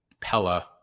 Pella